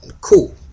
Cool